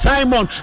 Simon